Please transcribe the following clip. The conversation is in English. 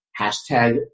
hashtag